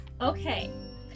Okay